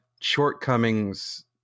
shortcomings